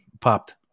popped